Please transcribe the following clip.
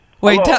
Wait